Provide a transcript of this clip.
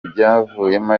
ibyavuyemo